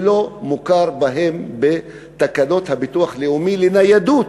ולא מכירים בהם בתקנות הביטוח הלאומי לניידות.